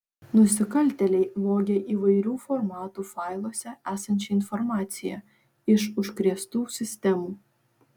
nusikaltėliai vogė įvairių formatų failuose esančią informaciją iš užkrėstų sistemų